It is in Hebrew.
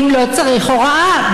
האם לא צריך הוראה?